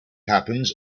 happens